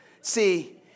see